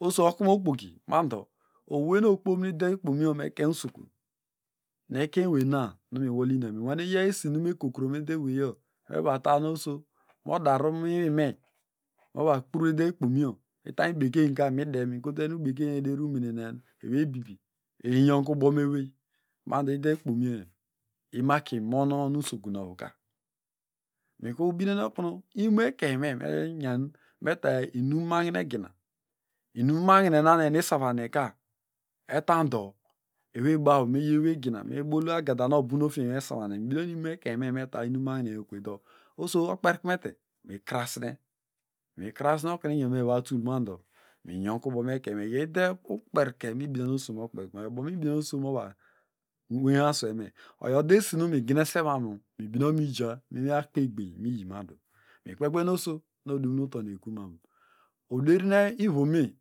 Oso okume okpoki mado owey nu okpom ide ikpom mu ekeny usokun nu ekeiny eweyna miwolyun mi nwane ye esinu ekokrom ude eweyo ova ta nu oso movodar mụ inwime mova kpro ude ikpomyo itany bekeiry ka mide mikotu enu bekeiry nu edrin umene nu ewey bibi eyi nyonkubome wey mado ude ikpomyo imaki mon onu usokun ovuka mikuru binen nokunu imo ekeny me menyan meta inum makine gina inum mahine na nu enuisavahine ka etan dọ eweyba meyi ewey gina mebol agadanuobunofiyehine esavahine mibinen okunu imo ekenyme eta inum mahine oso okperikumete mi krasne mikrasne okunu inyome ivotul mado minyoku bọ mekenyme iyo ude ukperke mibine oku nu oso mokperkme bọ nu mebine okun oso movanweyi asweyme oyo ode esi nu mignese mani mibinen okunu meja mu inwi akpegbneiny nu miyimadu mikpekpen oso nu odum utonu ekun oder nu ivome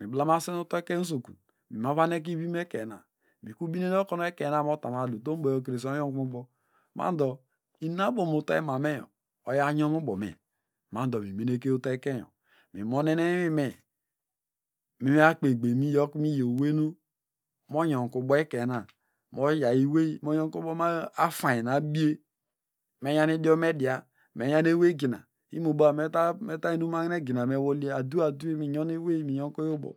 miblamasen ekeny usokunu mimavakinen oyinu okunu ivi mekenyme mibinen okunu ekeny me motamadu utomboyokrese onyonkume ubo mando inumnuabomutoemame oya nyonmu ubome mando mimenekeuto ekeny yọ mimunonen inwiyme akpegbeiny numuya okunu oyawey nu onyokubomu afany na abije menyan idiomnedia menyan eweygina imobaw metainumahine gina ewolya adwe adwe miyon ewey ewey miyonkubo.